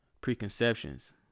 preconceptions